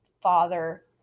father